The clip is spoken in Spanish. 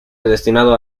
destinado